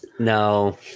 No